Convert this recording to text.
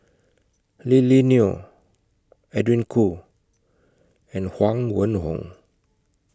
Lily Neo Edwin Koo and Huang Wenhong